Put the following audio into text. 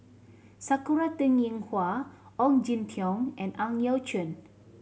Sakura Teng Ying Hua Ong Jin Teong and Ang Yau Choon